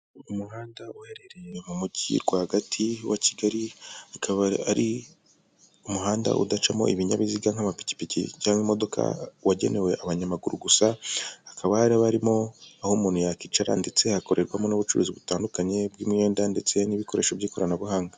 Umuhanda uherereye mu mujyi rwagati wa Kigali, ukaba ari umuhanda udacamo ibinyabiziga nk'amapikipiki cyangwa imodoka, wagenewe abanyamaguru gusa hakaba haririmo aho umuntu yakwicara ndetse hakorerwamo n'ubucuruzi butandukanye bw'imyenda ndetse n'ibikoresho by'ikoranabuhanga.